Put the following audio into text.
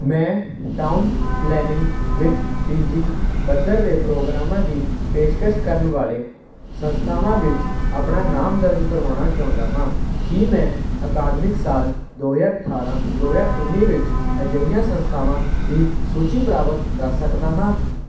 ਮੈਂ town planning ਵਿੱਚ P G ਪੱਧਰ ਦੇ ਪ੍ਰੋਗਰਾਮਾਂ ਦੀ ਪੇਸ਼ਕਸ਼ ਕਰਨ ਵਾਲੇ ਸੰਸਥਾਨਾਂ ਵਿੱਚ ਆਪਣਾ ਨਾਮ ਦਰਜ ਕਰਵਾਉਣਾ ਚਾਹੁੰਦਾ ਹਾਂ ਕੀ ਮੈਂ ਅਕਾਦਮਿਕ ਸਾਲ ਦੋ ਹਜ਼ਾਰ ਅਠਾਰਾਂ ਦੋ ਹਜ਼ਾਰ ਉੱਨੀ ਵਿੱਚ ਅਜਿਹੀਆਂ ਸੰਸਥਾਵਾਂ ਦੀ ਸੂਚੀ ਪ੍ਰਾਪਤ ਕਰ ਸਕਦਾ ਹਾਂ